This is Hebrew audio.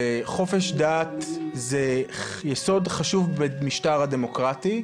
וחופש דת זה יסוד חשוב במשטר הדמוקרטי.